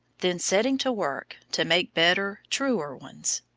then setting to work to make better, truer ones.